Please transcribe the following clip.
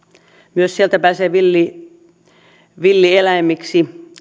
myös sieltä laitumelta pääsee villieläimiksi villieläimiksi